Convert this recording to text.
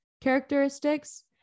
characteristics